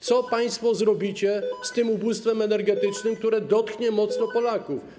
Co państwo zrobicie z tym ubóstwem energetycznym, które dotknie mocno Polaków?